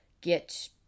get